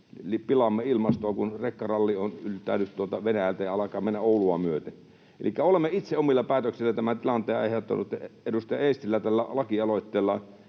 pilaamme ilmastoa, kun rekkaralli tuolta Venäjältä alkaa mennä Oulua myöten. Elikkä olemme itse omilla päätöksillä tämän tilanteen aiheuttaneet. Edustaja Eestilä tällä lakialoitteella